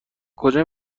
کجا